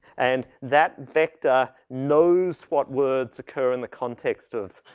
and that vector knows what words occur in the context of,